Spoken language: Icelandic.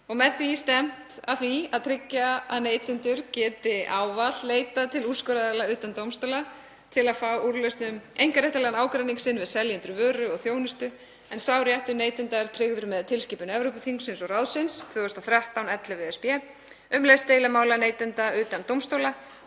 Með því er stefnt að því að tryggja að neytendur geti ávallt leitað til úrskurðaraðila utan dómstóla til að fá úrlausn um einkaréttarlegan ágreining sinn við seljendur vöru og þjónustu en sá réttur neytenda er tryggður með tilskipun Evrópuþingsins og ráðsins, 2013/11/ESB, um lausn deilumála neytenda utan dómstóla